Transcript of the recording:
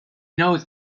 knows